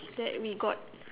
that we got